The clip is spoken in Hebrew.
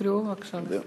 תקראו בבקשה לשר.